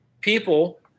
People